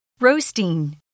Roasting